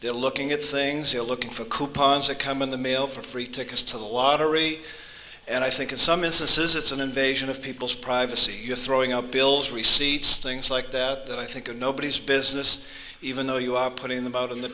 they're looking at things you're looking for coupons that come in the mail for free tickets to the lottery and i think in some instances it's an invasion of people's privacy you're throwing up bills receipts things like that that i think nobody's business even though you are putting them out in the